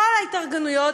כל ההתארגנויות.